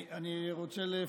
אני רוצה לפרגן,